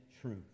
truth